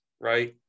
right